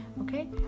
Okay